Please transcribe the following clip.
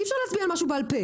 אי אפשר להצביע על משהו בעל-פה.